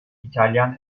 i̇talyan